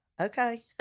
okay